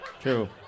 True